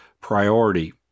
priority